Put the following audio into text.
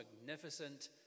magnificent